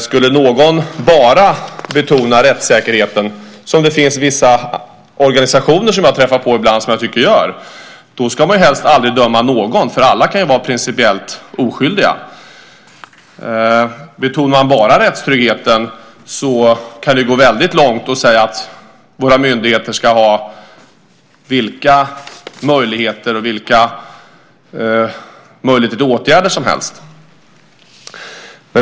Skulle någon bara betona rättssäkerheten, vilket det finns vissa organisationer som jag träffar på ibland som jag tycker gör, då ska man helst aldrig döma någon, för alla kan ju vara principiellt oskyldiga. Betonar man bara rättstryggheten kan man gå väldigt långt och säga att våra myndigheter ska ha vilka möjligheter till åtgärder som helst.